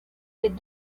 les